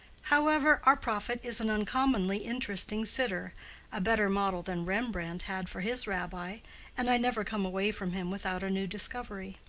however, our prophet is an uncommonly interesting sitter a better model than rembrandt had for his rabbi and i never come away from him without a new discovery.